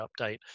update